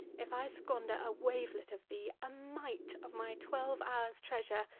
if i squander a wavelet of thee, a mite of my twelve-hours' treasure,